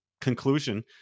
conclusion